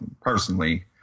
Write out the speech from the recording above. personally